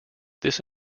this